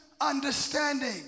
understanding